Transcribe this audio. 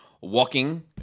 walking